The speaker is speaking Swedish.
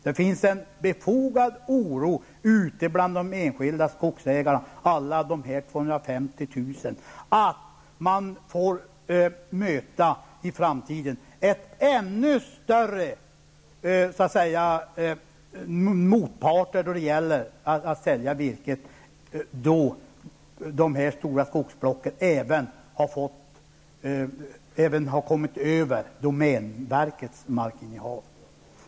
Det finns en befogad oro bland de enskilda skogsägarna -- alla de 250 000 -- för att de i framtiden får möta ännu större motparter då det gäller att sälja virke, om dessa stora skogsblock även kommer över domänverkets markinnehav.